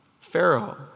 Pharaoh